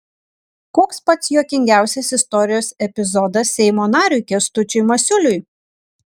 koks pats juokingiausias istorijos epizodas seimo nariui kęstučiui masiuliui